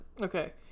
okay